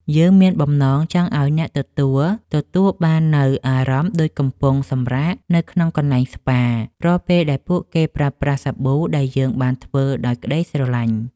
យើងមានបំណងចង់ឱ្យអ្នកទទួលទទួលបាននូវអារម្មណ៍ដូចកំពុងសម្រាកនៅក្នុងកន្លែងស្ប៉ា រាល់ពេលដែលពួកគេប្រើប្រាស់សាប៊ូដែលយើងបានធ្វើដោយក្តីស្រឡាញ់។